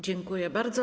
Dziękuję bardzo.